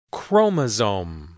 Chromosome